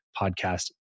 podcast